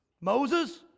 Moses